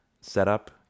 setup